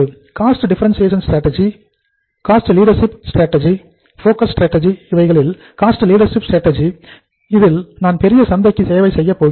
cost leadership strategy இவனுக்கு நான் பெரிய சந்தைக்கு சேவை செய்யப் போகிறோம்